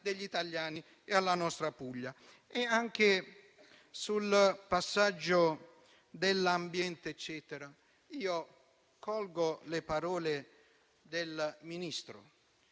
degli italiani e alla nostra Puglia. Anche sul passaggio dell'ambiente, colgo le parole del Ministro.